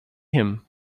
him